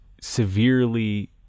severely